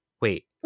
Wait